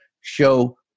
show